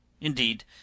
Indeed